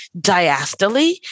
diastole